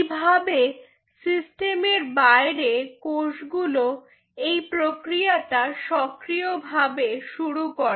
এইভাবে সিস্টেমের বাইরে কোষগুলো এই প্রক্রিয়াটা সক্রিয় ভাবে শুরু করে